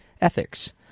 ethics